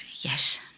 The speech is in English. Yes